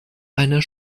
einer